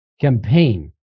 campaign